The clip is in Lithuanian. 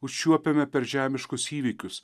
užčiuopiame per žemiškus įvykius